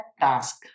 task